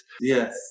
Yes